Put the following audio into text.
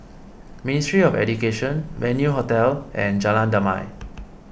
Ministry of Education Venue Hotel and Jalan Damai